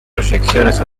proyecciones